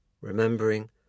Remembering